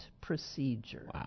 procedure